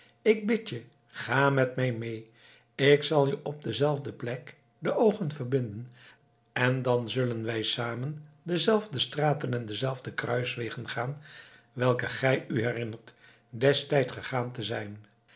ik bid je ga met mij mee ik zal je op dezelfde plek de oogen verbinden en dan zullen wij te zamen dezelfde straten en dezelfde kruiswegen gaan welke gij u herinnert destijds gegaan te zijn